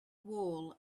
wall